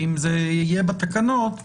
ואם זה יהיה בתקנות,